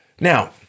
now